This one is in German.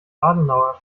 adenauer